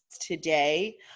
today